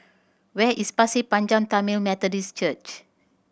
where is Pasir Panjang Tamil Methodist Church